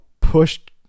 pushed